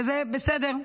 וזה בסדר.